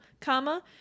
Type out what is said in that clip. comma